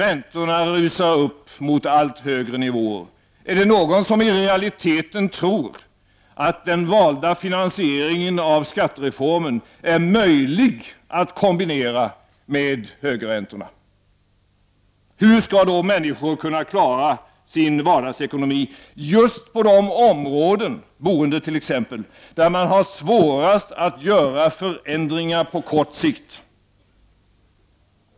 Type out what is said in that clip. Är det, uppriktigt sagt, någon som i realiteten tror att den valda finansieringen av skattereformen är möjlig att kombinera med de höga räntorna, som i dag rusar upp mot allt högre nivåer? Hur skall då människor kunna klara sin vardagsekonomi just på de områden, t.ex. boendet, där man har svårast att göra förändringar på kort sikt?